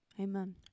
Amen